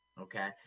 okay